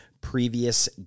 previous